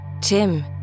Tim